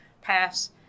pass